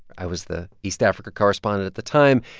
i was the east africa correspondent at the time.